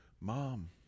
mom